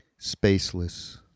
spaceless